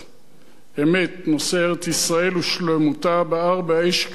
אמת, נושא ארץ-ישראל ושלמותה בער כאש בעצמותיו,